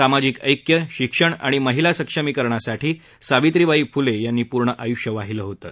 सामाजिक ऐक्य शिक्षण आणि महिला सक्षमीकरणासाठी सावित्रीबाई फुले यांनी पूर्ण आयुष्य वाहिलं होतं